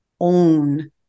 own